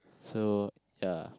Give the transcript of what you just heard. so ya